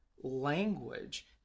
language